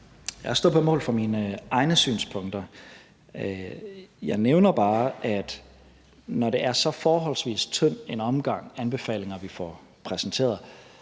Jeg står på mål for mine egne synspunkter. Jeg nævner bare, at når det er så forholdsvis tynd en omgang anbefalinger, vi får præsenteret,